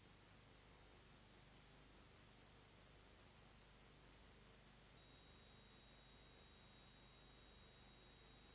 Grazie,